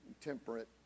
temperate